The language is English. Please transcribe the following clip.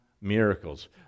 miracles